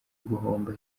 guhomba